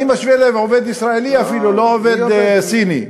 אני משווה לעובד ישראלי אפילו, לא לעובד סיני.